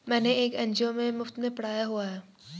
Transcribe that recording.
मैंने एक एन.जी.ओ में मुफ़्त में पढ़ाया हुआ है